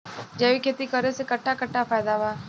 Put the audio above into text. जैविक खेती करे से कट्ठा कट्ठा फायदा बा?